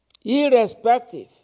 irrespective